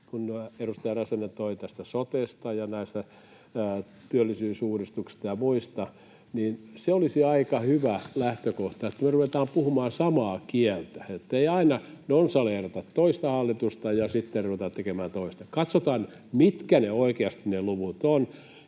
kuten edustaja Räsänen toi tästä sotesta ja työllisyysuudistuksesta ja muista — niin se olisi minusta aika hyvä lähtökohta, että me ruvetaan puhumaan samaa kieltä, ettei aina nonsaleerata toista hallitusta ja sitten ruveta tekemään toista. Katsotaan, mitkä ne luvut oikeasti